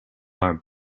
are